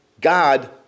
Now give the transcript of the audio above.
God